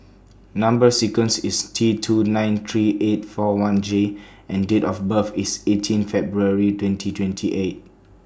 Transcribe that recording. Number sequence IS T two nine three eight four one J and Date of birth IS eighteen February twenty twenty eight